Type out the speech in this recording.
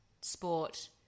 sport